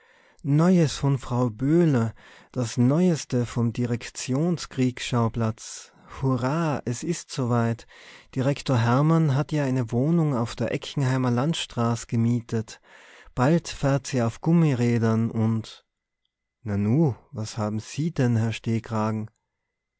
neues von fräulein böhle das neueste vom direktions kriegsschauplatz hurra es ist so weit direktor hermann hat ihr eine wohnung auf der eckenheimer landstraß gemietet bald fährt sie auf gummirädern und nanu was haben se denn herr